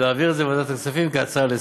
להעביר את זה לוועדת הכספים כהצעה לסדר-היום.